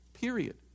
period